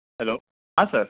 hello हा sir